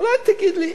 אולי תגיד לי,